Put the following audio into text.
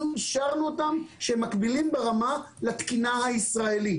אישרנו אותם שהם מקבילים ברמה לתקינה הישראלית.